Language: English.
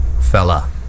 fella